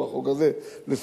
או החוק הזה לסוהרים,